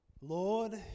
Lord